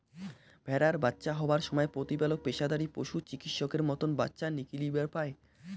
ভ্যাড়ার বাচ্চা হবার সমায় প্রতিপালক পেশাদারী পশুচিকিৎসকের মতন বাচ্চা নিকলিবার পায়